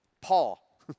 Paul